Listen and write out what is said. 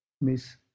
Miss